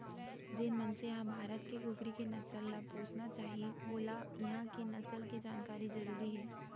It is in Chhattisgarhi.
जेन मनसे ह भारत के कुकरी के नसल ल पोसना चाही वोला इहॉं के नसल के जानकारी जरूरी हे